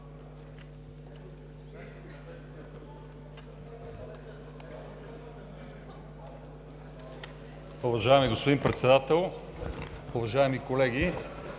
Уважаеми господин Председател, уважаеми колеги!